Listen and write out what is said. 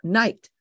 night